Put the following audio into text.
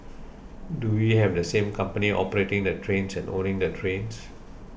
do we have the same company operating the trains and owning the trains